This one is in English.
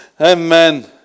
Amen